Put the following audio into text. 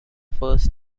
first